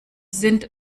sind